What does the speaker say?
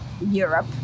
Europe